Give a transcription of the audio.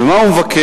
ומה הוא מבקש?